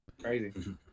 Crazy